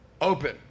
Open